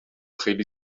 خیلی